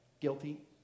Guilty